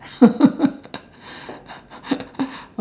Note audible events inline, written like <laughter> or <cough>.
<laughs>